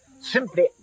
Simply